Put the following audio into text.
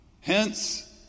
Hence